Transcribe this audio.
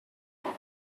but